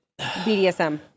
BDSM